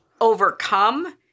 overcome